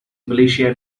militia